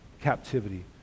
captivity